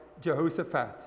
Jehoshaphat